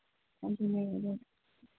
ꯑꯗꯨꯅꯦ ꯑꯗꯣ